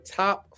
top